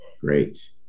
Great